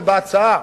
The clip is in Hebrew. ובהצעה,